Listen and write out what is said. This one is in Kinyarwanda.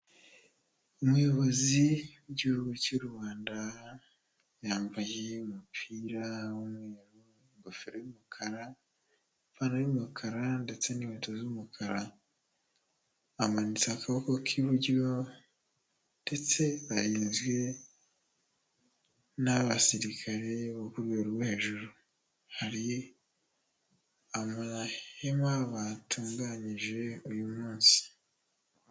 Umuyobozi w'igihugu cy'u Rwanda, yambaye umupira w'umweru, ingofero y'umukara, ipantaro y'umukara ndetse n'inkweto z'umukara, amanitse akabokoko k'iburyo ndetse arinzwe n'abasirikare bo ku rwego rwo hejuru, hari amahema batunganyije uyu munsi.